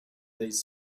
these